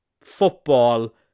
football